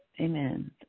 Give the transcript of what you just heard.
amen